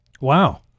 Wow